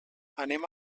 anem